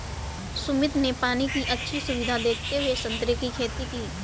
सुमित ने पानी की अच्छी सुविधा देखते हुए संतरे की खेती की